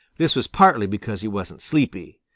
this was partly because he wasn't sleepy.